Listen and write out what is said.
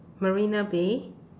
marina bay